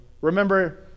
remember